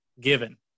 given